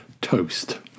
Toast